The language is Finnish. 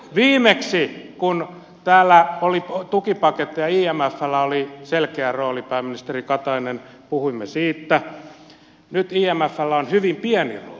viimeksi kun täällä oli tukipaketteja imfllä oli selkeä rooli pääministeri katainen puhuimme siitä nyt imfllä on hyvin pieni rooli